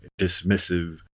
dismissive